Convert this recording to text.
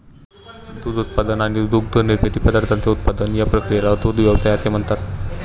दूध उत्पादन आणि दुग्धनिर्मित पदार्थांचे उत्पादन या क्रियेला दुग्ध व्यवसाय असे म्हणतात